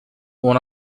one